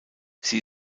sie